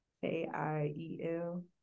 K-I-E-L